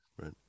Right